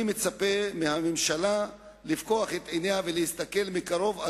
אני מצפה מהממשלה שתפקח את עיניה ותסתכל מקרוב על